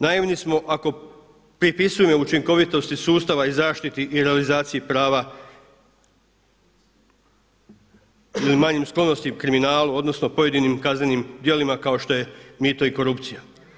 Naivni smo ako pripisujemo neučinkovitosti sustava i zaštiti i realizaciji prava ili manjim sklonostima kriminalu, odnosno pojedinim kaznenim djelima kao što je mito i korupcija.